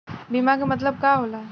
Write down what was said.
बीमा के मतलब का होला?